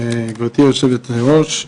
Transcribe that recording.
גברתי יושבת הראש.